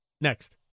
Next